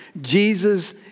Jesus